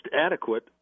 adequate